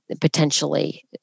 potentially